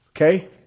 Okay